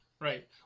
right